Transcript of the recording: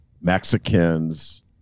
Mexicans